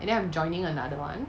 and then I'm joining another one